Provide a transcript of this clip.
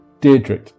Deirdre